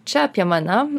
čia apie mane